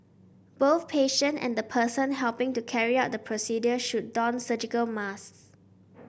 both patient and the person helping to carry out the procedure should don surgical masks